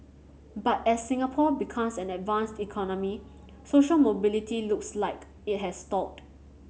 but as Singapore becomes an advanced economy social mobility looks like it has stalled